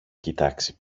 κοιτάξει